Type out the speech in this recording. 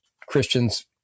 Christians